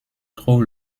trouve